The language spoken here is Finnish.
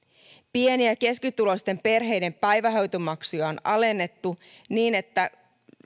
pieni ja ja keskituloisten perheiden päivähoitomaksuja on alennettu niin että